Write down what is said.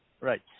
Right